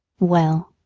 well,